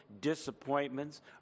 disappointments